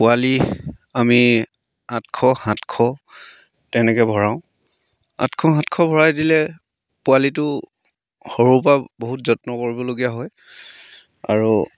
পোৱালি আমি আঠশ সাতশ তেনেকৈ ভৰাওঁ আঠশ সাতশ ভৰাই দিলে পোৱালিটো সৰুৰপৰা বহুত যত্ন কৰিবলগীয়া হয় আৰু